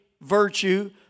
virtue